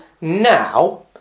now